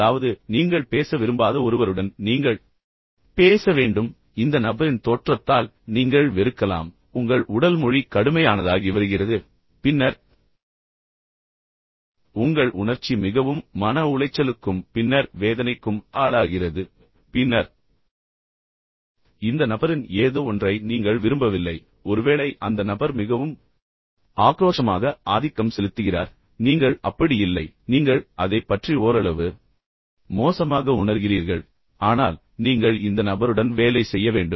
அதாவது நீங்கள் பேச விரும்பாத ஒருவருடன் நீங்கள் பேச வேண்டும் இந்த நபரின் தோற்றத்தால் நீங்கள் வெறுக்கலாம் உங்கள் உடல் மொழி கடுமையானதாகி வருகிறது பின்னர் உங்கள் உணர்ச்சி மிகவும் மன உளைச்சலுக்கும் பின்னர் வேதனைக்கும் ஆளாகிறது பின்னர் இந்த நபரின் ஏதோவொன்றை நீங்கள் விரும்பவில்லை ஒருவேளை அந்த நபர் மிகவும் ஆக்ரோஷமாக ஆதிக்கம் செலுத்துகிறார் நீங்கள் அப்படி இல்லை பின்னர் நீங்கள் அதைப் பற்றி ஓரளவு மோசமாக உணர்கிறீர்கள் ஆனால் நீங்கள் இந்த நபருடன் வேலை செய்ய வேண்டும்